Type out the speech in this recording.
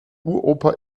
uropa